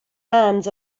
hands